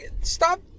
stop